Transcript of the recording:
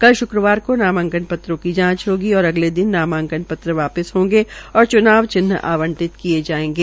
कल शुक्रवार को नामांकन पत्रों की जांच होगी और अगले दिन नामांकन पत्र वापिस होंगे और चनाव चिन्ह आंवटित किये जायेंगे